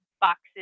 boxes